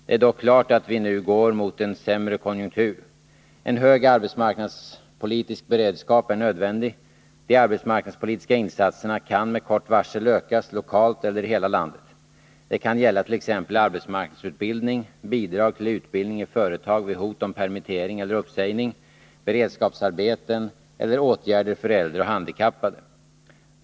Det är dock klart att vi nu går mot en sämre konjunktur. En hög arbetsmarknadspolitisk beredskap är nödvändig. De arbetsmarknadspolitiska insatserna kan med kort varsel ökas lokalt eller i hela landet. Det kan gälla t.ex. arbetsmarknadsutbildning, bidrag till utbildning i företag vid hot om permittering eller uppsägning, beredskapsarbeten eller åtgärder för äldre och handikappade.